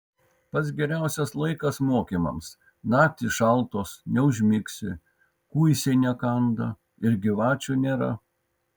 pats geriausias laikas mokymams naktys šaltos neužmigsi kuisiai nekanda ir gyvačių nėra